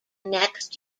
next